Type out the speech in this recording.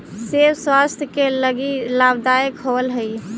सेब स्वास्थ्य के लगी लाभदायक होवऽ हई